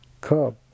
cub